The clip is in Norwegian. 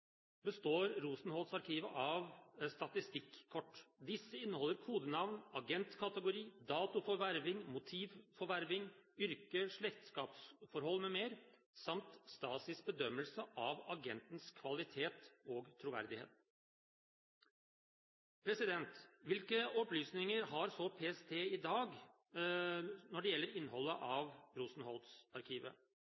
består Rosenholz-arkivet av statistikkort. Disse inneholder kodenavn, agentkategori, dato for verving, motiv for verving, yrke, slektskapsforhold m.m., samt Stasis bedømmelse av agentens kvalitet og troverdighet. Hvilke opplysninger har så PST i dag når det gjelder innholdet